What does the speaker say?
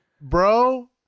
Bro